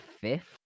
fifth